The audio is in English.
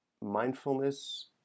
Mindfulness